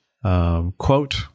Quote